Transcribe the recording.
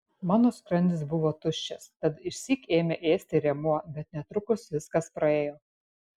mano skrandis buvo tuščias tad išsyk ėmė ėsti rėmuo bet netrukus viskas praėjo